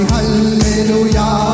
Hallelujah